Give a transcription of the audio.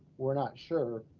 we're not sure,